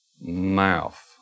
mouth